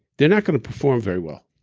they're not going to perform very well